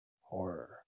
horror